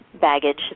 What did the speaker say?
baggage